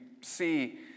see